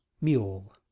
Mule